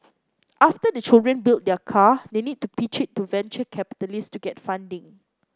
after the children build their car they need to pitch it to venture capitalists to get funding